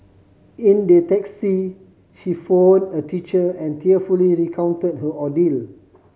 in the taxi she phone a teacher and tearfully recount her ordeal